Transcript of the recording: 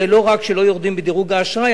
לא רק שאנחנו לא יורדים בדירוג האשראי,